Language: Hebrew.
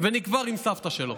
ונקבר עם סבתא שלו.